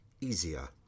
easier